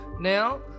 now